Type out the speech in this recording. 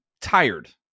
tired